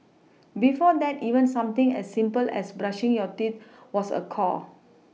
before that even something as simple as brushing your teeth was a chore